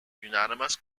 unanimous